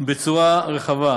בצורה רחבה,